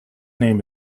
name